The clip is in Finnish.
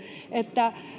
että